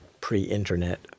pre-internet